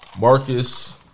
Marcus